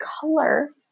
color